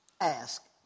Ask